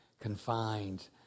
confined